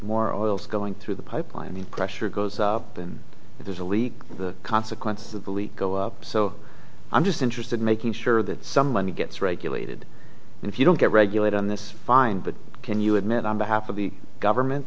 more oil is going through the pipeline the pressure goes up and if there's a leak the consequences of the leak go up so i'm just interested in making sure that someone gets regulated and if you don't get regulate on this fine but can you admit on behalf of the government